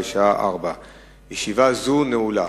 בשעה 16:00. ישיבה זו נעולה.